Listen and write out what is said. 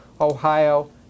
Ohio